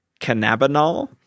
Cannabinol